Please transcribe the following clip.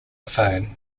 phone